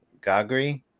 gagri